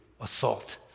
assault